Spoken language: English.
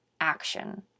action